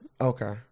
Okay